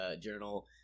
Journal